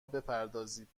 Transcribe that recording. بپردازید